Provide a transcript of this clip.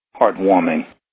heartwarming